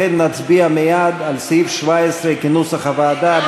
לכן נצביע מייד על סעיף 17 כנוסח הוועדה,